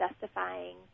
justifying